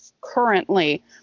currently